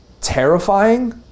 terrifying